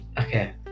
Okay